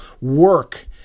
work